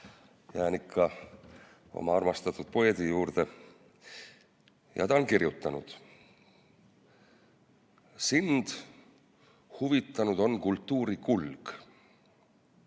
jään ikka oma armastatud poeedi juurde. Ja ta on kirjutanud:"Sind huvitanud on kultuuri kulg. Mind